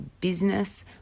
business